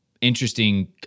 Interesting